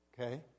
Okay